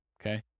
okay